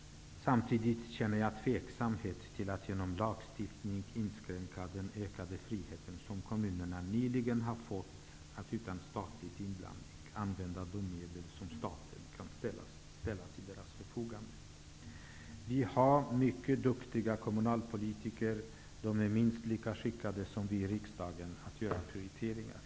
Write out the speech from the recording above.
Samtidigt tvekar jag inför att genom lagstiftning inskränka den ökade frihet som kommunerna nyligen har fått att utan statlig inblandning använda de medel som staten kan ställa till deras förfogande. Vi har mycket duktiga kommunalpolitiker. De är minst lika skickade som vi i riksdagen att göra prioriteringar.